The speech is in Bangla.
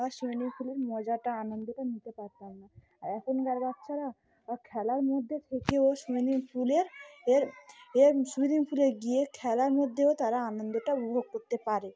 বা সুইমিং পুলের মজাটা আনন্দটা নিতে পারতাম না আর এখনকার বাচ্চারা খেলার মধ্যে থেকেও সুইমিং পুলের এর এর সুইমিং পুলে গিয়ে খেলার মধ্যেও তারা আনন্দটা উপভোগ করতে পারে